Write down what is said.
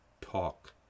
talk